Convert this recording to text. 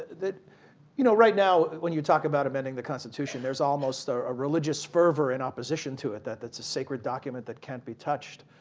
you know right now when you talk about amending the constitution, there's almost ah a religious fervor and opposition to it that it's a sacred document that can't be touched.